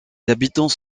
habitants